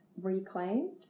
reclaimed